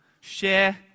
share